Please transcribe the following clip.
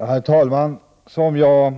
Herr talman! Som jag